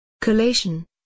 Collation